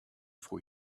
for